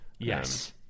Yes